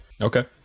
Okay